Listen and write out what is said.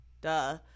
Duh